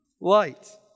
light